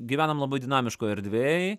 gyvenam labai dinamiškoj erdvėj